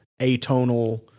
atonal